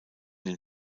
den